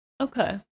Okay